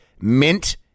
mint